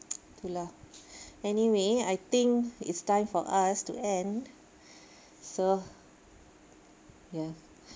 tu lah anyway I think it's time for us to end so ya